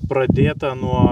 pradėta nuo